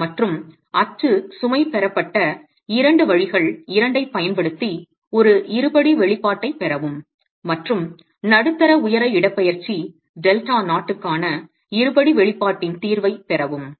மற்றும் அச்சு சுமை பெறப்பட்ட 2 வழிகள் 2 ஐப் பயன்படுத்தி ஒரு இருபடி வெளிப்பாட்டைப் பெறவும் மற்றும் நடுத்தர உயர இடப்பெயர்ச்சி Δ0 mid height displacement Δ0க்கான இருபடி வெளிப்பாட்டின் தீர்வைப் பெறவும்